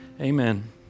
Amen